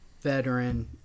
veteran